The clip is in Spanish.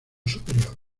superior